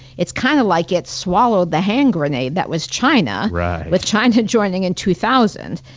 it's kind of like it's swallowed the hand grenade that was china. right. with china joining in two thousand.